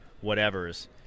whatever's